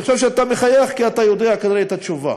אני חושב שאתה מחייך כי אתה יודע כנראה את התשובה.